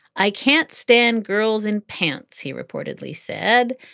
i can't stand girls in pants, he reportedly said.